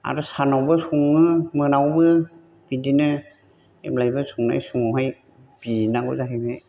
आरो सानावबो सङो मोनायावबो बिदिनो जेब्लायबो संनाय समावहाय बिनांगौ जाहैबाय